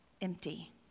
empty